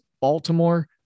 Baltimore